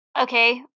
okay